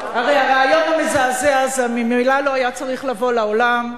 הרי הרעיון המזעזע הזה ממילא לא היה צריך לבוא לעולם,